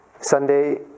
Sunday